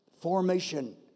Formation